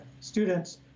students